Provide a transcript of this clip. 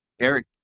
Eric